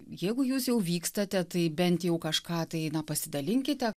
jeigu jūs jau vykstate tai bent jau kažką tai na pasidalinkite